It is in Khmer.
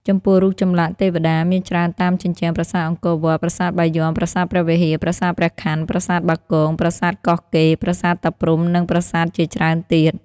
ចំពោះរូបចម្លាក់ទេវតាមានច្រើនតាមជញ្ជ្រាំប្រាសាទអង្គរវត្ត ប្រាសាទបាយ័ន ប្រាសាទព្រះវិហារ ប្រាសាទព្រះខ័ន ប្រាសាទបាគង ប្រាសាទកោះកេរ ប្រាសាទតាព្រហ្មនិងប្រាសាទជាច្រើនទៀត។